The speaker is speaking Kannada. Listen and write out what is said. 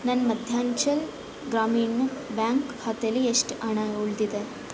ನನ್ನ ಮಧ್ಯಾಂಚಲ್ ಗ್ರಾಮೀಣ ಬ್ಯಾಂಕ್ ಖಾತೇಲಿ ಎಷ್ಟು ಹಣ ಉಳಿದಿದೆ